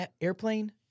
Airplane